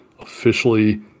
officially